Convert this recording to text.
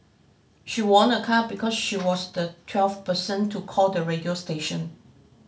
she won a car because she was the twelfth person to call the radio station